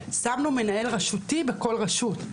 ושמנו מנהל רשותי בכל רשות.